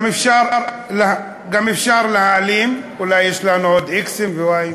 גם אפשר להעלים, אולי יש לנו עוד x-ים ו-y-ים,